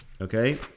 okay